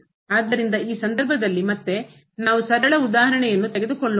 ಆದ್ದರಿಂದ ಈ ಸಂದರ್ಭದಲ್ಲಿ ಮತ್ತೆ ನಾವು ಸರಳ ಉದಾಹರಣೆಯನ್ನು ತೆಗೆದುಕೊಳ್ಳೋಣ